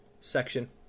section